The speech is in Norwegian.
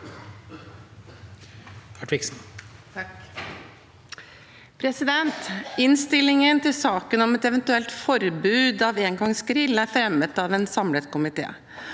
Innstil- lingen til saken om et eventuelt forbud mot engangsgrill er fremmet av en samlet komité,